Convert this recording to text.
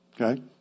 okay